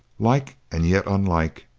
like, and yet unlike,